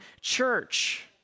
church